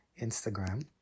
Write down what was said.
Instagram